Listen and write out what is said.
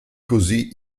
così